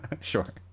Sure